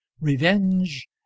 revenge